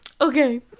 Okay